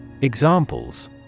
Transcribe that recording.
Examples